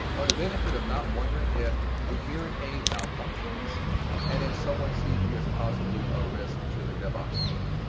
or the benefit of not wondering if your hearing aid malfunctions and and someone sees you as possibly a risk to the devops team.